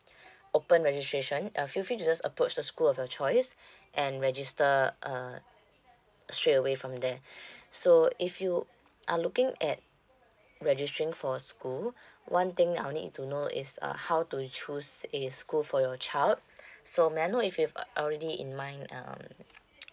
open registration uh feel free to just approach the school of your choice and register uh straight away from there so if you are looking at registering for school one thing I will need you to know is uh how to choose a school for your child so may I know if you've uh already in mind um